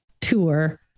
tour